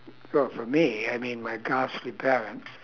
well for me I mean my ghastly parents